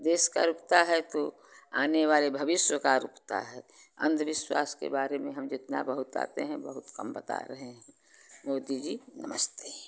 देश का रुकता है तो आने वाले भविष्य का रुकता है अंधविश्वास के बारे में हम जितना बहुताते हैं बहुत कम बता रहे हैं मोदी जी नमस्ते